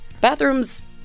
bathrooms